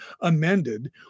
amended